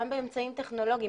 גם באמצעים טכנולוגים.